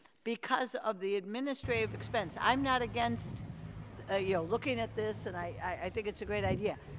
because of the administrative expense. i'm not against, ah you know looking at this, and i think it's a great idea.